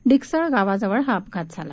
डिकसळ गावाजवळ हा अपघात झाला